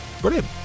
Brilliant